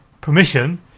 permission